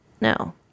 No